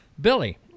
billy